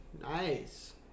Nice